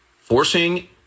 forcing